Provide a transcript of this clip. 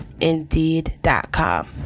Indeed.com